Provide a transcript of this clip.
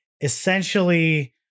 essentially